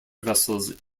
vessels